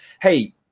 hey